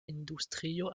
industrio